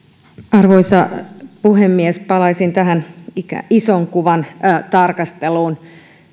arvoisa puhemies palaisin tähän ison kuvan tarkasteluun